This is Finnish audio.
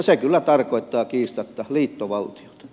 se kyllä tarkoittaa kiistatta liittovaltiota